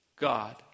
God